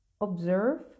Observe